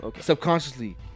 subconsciously